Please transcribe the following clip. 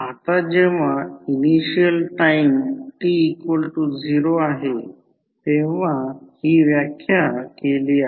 आता जेव्हा initial time t0 आहे तेव्हा ही व्याख्या केली आहे